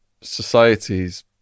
societies